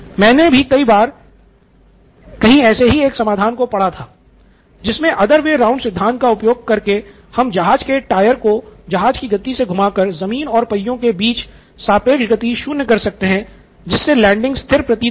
मैंने भी कहीं एक बार ऐसे ही समाधान को पढ़ा था जिसमे other way round सिद्धांत का उपयोग करके हम जहाज के टायर को जहाज की गति से घुमाकर जमीन और पहियों के बीच की सापेक्ष गति शून्य कर सकते है जिससे लैंडिंग स्थिर प्रतीत होगी